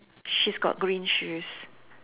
she's got green shoes